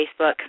Facebook